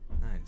Nice